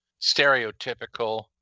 stereotypical